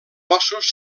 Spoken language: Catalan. ossos